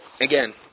again